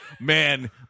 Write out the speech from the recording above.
Man